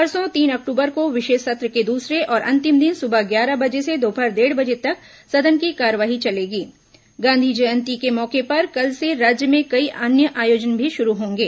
परसों तीन अक्टूबर को विशेष सत्र के दूसरे और अंतिम दिन सुबह ग्यारह बजे से दोपहर डेढ़ बजे तक सदन की कार्यवाही चलेगी गांधी जयती के मौके पर कल से राज्य में कई अन्य आयोजन भी शुरू होंगे